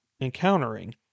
encountering